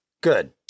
Good